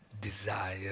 desire